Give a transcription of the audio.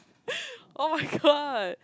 oh my god